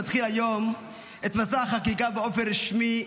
שמתחיל היום את מסע החקיקה באופן רשמי,